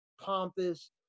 pompous